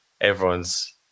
everyone's